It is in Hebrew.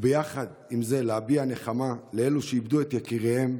ויחד עם זה להביע נחמה לאלו שאיבדו את יקיריהם.